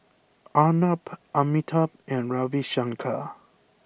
Arnab Amitabh and Ravi Shankar